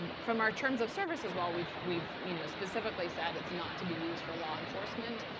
um from our terms of service as well, we've we've you know specifically said, it's not to be used for law enforcement.